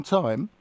time